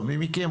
או מי מכם,